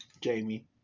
Jamie